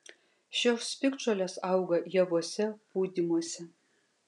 šios piktžolės auga javuose pūdymuose